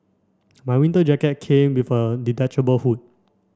my winter jacket came with a detachable hood